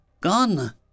gone